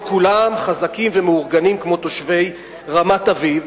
לא כולם חזקים ומאורגנים כמו תושבי רמת-אביב,